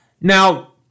Now